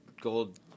gold